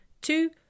Two